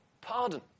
pardon